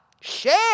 Share